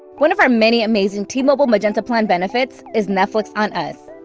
one of our many amazing t-mobile magenta plan benefits is netflix on us.